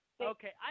Okay